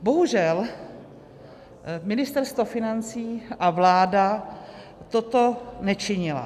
Bohužel, Ministerstvo financí a vláda toto nečinily.